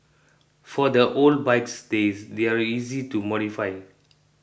for the old bikes these they're easy to modify